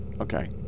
Okay